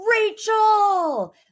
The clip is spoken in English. Rachel